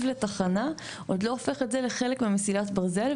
לתחנה עוד לא הופך את זה לחלק ממסילת ברזל.